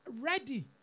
ready